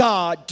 God